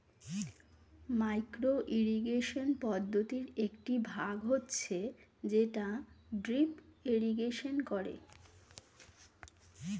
micro irrigation পদ্ধতির একটি ভাগ হচ্ছে যেটা ড্রিপ ইরিগেশন করে